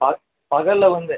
sir பகலில் வந்து